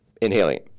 inhaling